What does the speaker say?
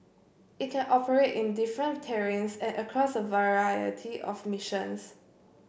it can operate in different terrains and across a variety of missions